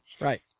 Right